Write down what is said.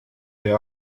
they